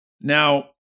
Now